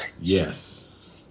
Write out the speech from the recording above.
Yes